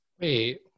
Wait